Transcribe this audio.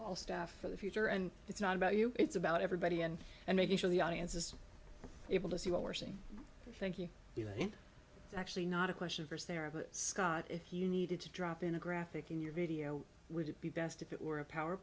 all staff for the future and it's not about you it's about everybody and and making sure the audience is able to see what we're seeing thank you actually not a question for us there but scott if you needed to drop in a graphic in your video would it be best if it were a power